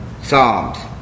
Psalms